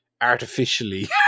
artificially